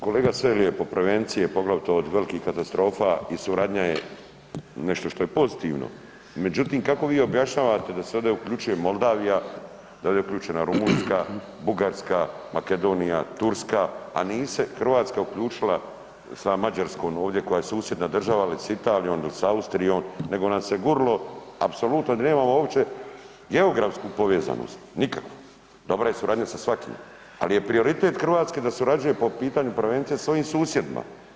Kolega ... prevencije poglavito od velikih katastrofa i suradnja je nešto što je pozitivno, međutim kako vi objašnjavate da se ovdje uključuje Moldavija, da je ovdje uključena Rumunjska, Bugarska, Makedonija, Turska, a nise Hrvatska uključila sa Mađarskom ovdje koja je susjedna država, već s Italijom ili s Austrijom, nego nas se gurnulo apsolutno gdje nemamo opće geografsku povezanost nikakvu, dobra je suradnja sa svakim, ali je prioritet Hrvatske da surađuje po pitanju prevencije sa svojim susjedima.